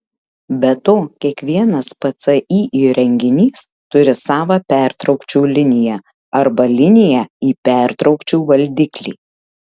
be to kiekvienas pci įrenginys turi savą pertraukčių liniją arba liniją į pertraukčių valdiklį